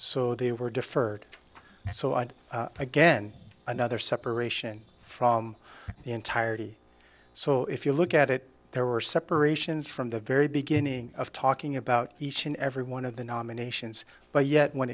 so they were deferred so i again another separation from the entirety so if you look at it there were separations from the very beginning of talking about each and every one of the nominations but yet when